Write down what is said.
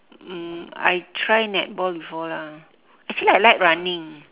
um I try netball before lah actually I like running